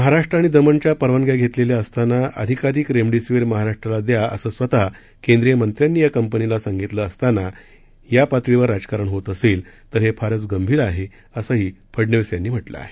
महाराष्ट्र आणि दमणच्या परवानग्या घेतलेल्या असताना अधिकाधिक रेमडेसिवीर महाराष्ट्राला द्या असं स्वतः केंद्रीय मंत्र्यांनी या कंपनीला सांगितलं असताना इतक्या गलिच्छ पातळीवर राजकारण होत असेल तर हे फारच गंभीर आहे असं फडनवीस यांनी म्हटलं आहे